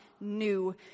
new